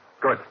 Good